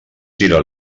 tira